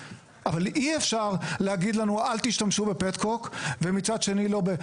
אבל אי אפשר להגיד לנו אל תשתמשו בפטקוק ומצד שני לא ב- -,